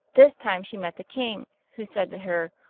this time she met the king, who said to her,